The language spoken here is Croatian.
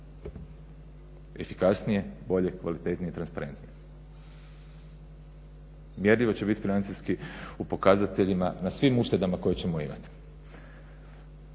efikasnije, bolje, kvalitetnije i transparentnije. Mjerljivo će biti financijski u pokazateljima na svim uštedama koje ćemo imati.